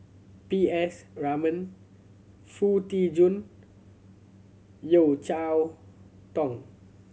P S Raman Foo Tee Jun Yeo Cheow Tong